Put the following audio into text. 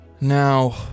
Now